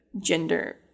gender